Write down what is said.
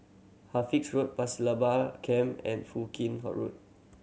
Halifax Road Pasir Laba Camp and Foo Kim Road